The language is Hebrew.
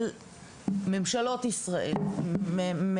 ממשלות ישראל וגם זו הנוכחית,